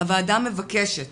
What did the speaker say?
הועדה מבקשת